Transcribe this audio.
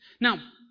Now